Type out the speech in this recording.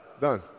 Done